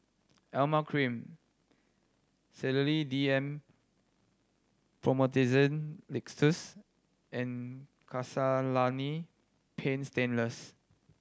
Emla Cream Sedilix D M Promethazine Linctus and Castellani Paint Stainless